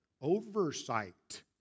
oversight